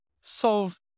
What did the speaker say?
solve